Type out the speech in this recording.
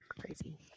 crazy